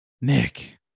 Nick